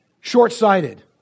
short-sighted